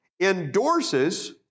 endorses